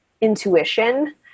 intuition